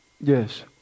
Yes